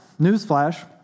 newsflash